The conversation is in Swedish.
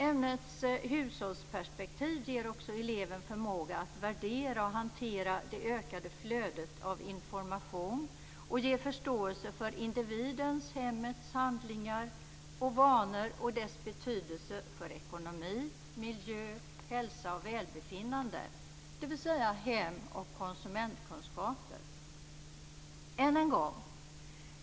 Ämnets hushållsperspektiv ger också eleven förmåga att värdera och hantera det ökade flödet av information och ge förståelse för individens och hemmets handlingar och vanor samt deras betydelse för ekonomi, miljö, hälsa och välbefinnande, dvs.